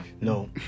no